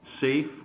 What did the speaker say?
safe